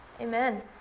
Amen